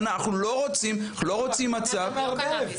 אנחנו לא רוצים מצב --- למה אתה מערבב?